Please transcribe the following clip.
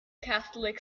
catholic